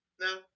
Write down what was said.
No